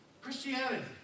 Christianity